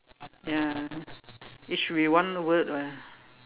ya it should be one word lah